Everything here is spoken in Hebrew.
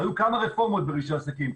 היו כמה רפורמות ברישוי עסקים,